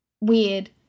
weird